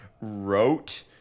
wrote